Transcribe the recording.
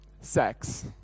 sex